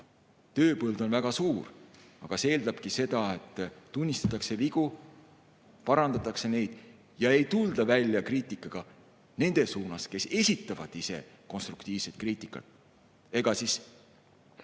tööpõld väga suur. Aga see eeldabki seda, et tunnistatakse vigu, parandatakse neid ega tulda välja kriitikaga nende suhtes, kes esitavad ise konstruktiivset kriitikat. Kui